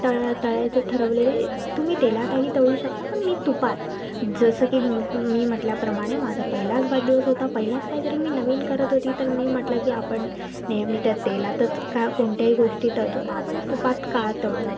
तळं तळायचे ठरवले तुम्ही तेलातही तळू शकता पण मी तुपात जसं की मी म्हटल्याप्रमाणे माझा पहिलाच वाढदिवस होता पहिलाच काहीतरी मी नवीन करत होते तर मी म्हटलं की आपण नेहमी तर तेलातच का कोणत्याही गोष्टी तळतो आपण तुपात का तळू नये